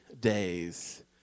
days